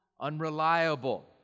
unreliable